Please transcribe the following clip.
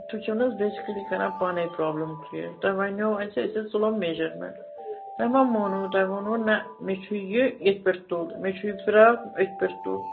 تُہۍ چھِو نہ حط بیسکلی پانے کران پرابلم کریٹ تۄہہِ وَنیو اسہ أسۍ حظ تُلو میجرمنٹ تۄہہِ مہَ مونوٕ تۄہہِ ووٚنوٕ نہ مےٚ چھُ یہِ ییٚتھ پیٚتھ تُل مےٚ چھُ فراکھ أتھۍ پیٚٹھ تُل